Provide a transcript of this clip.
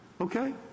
okay